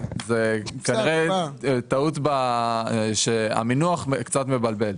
כנראה המינוח קצת מבלבל.